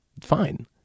Fine